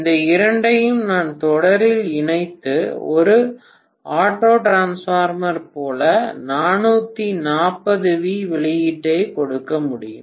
இந்த இரண்டையும் நான் தொடரில் இணைத்து ஒரு ஆட்டோ டிரான்ஸ்பார்மர் போல 440 வி வெளியீட்டைக் கொடுக்க முடியும்